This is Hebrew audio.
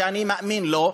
שאני מאמין לו,